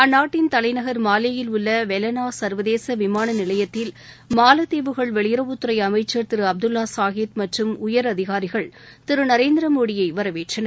அந்நாட்டின் தலைநகர் மாலேயில் உள்ள வெலனா சர்வதேச விமான நிலையத்தில் மாலத்தீவுகள் வெளியுறவுத்துறை அமைச்சா் திரு அப்துல்லா சாஹித் மற்றும் உயரதினரிகள் திரு நரேந்திரமோடியை வரவேற்றனர்